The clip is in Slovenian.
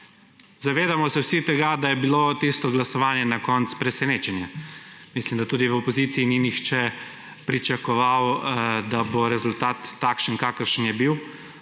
Zavedamo se vsi tega, da je bilo tisto glasovanje na koncu presenečenje. Mislim, da tudi v opoziciji ni nihče pričakoval, da bo rezultat takšen kakršen je bil,